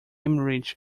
rich